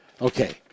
Okay